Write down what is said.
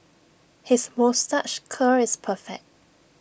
his moustache curl is perfect